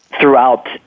Throughout